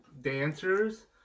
dancers